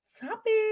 topic